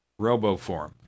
roboform